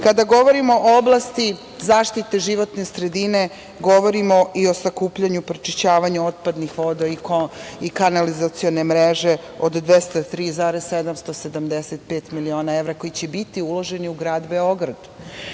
evra. Kada govorimo o oblasti zaštite životne sredine, govorimo i o sakupljanju i prečišćavanju otpadnih voda i kanalizacione mreže od 203,775 miliona evra, koji će biti uloženi u Grad Beograd. Zatim,